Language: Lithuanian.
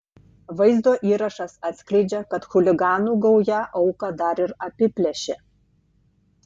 vaizdo įrašas atskleidžia kad chuliganų gauja auką dar ir apiplėšė